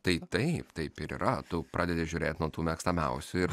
tai taip taip ir yra tu pradedi žiūrėt nuo tų mėgstamiausių ir